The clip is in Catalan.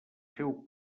féu